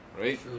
right